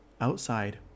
Outside